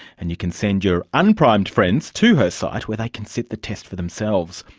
and you can send your unprimed friends to her site, where they can sit the test for themselves.